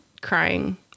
crying